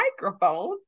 microphone